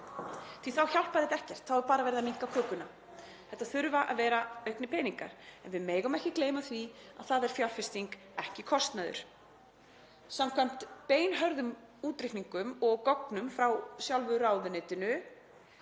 að þá hjálpar þetta ekkert. Þá er bara verið að minnka kökuna. Þetta þurfa að vera auknir peningar. En við megum ekki gleyma því að það er fjárfesting, ekki kostnaður. Samkvæmt beinhörðum útreikningum og gögnum frá sjálfu ráðuneytinu